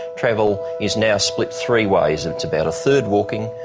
travel is now split three ways. it's about a third walking,